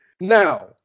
Now